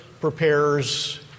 prepares